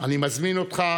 אני מזמין אותך,